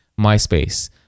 MySpace